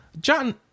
John